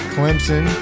Clemson